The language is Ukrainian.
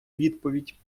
відповідь